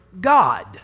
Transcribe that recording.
God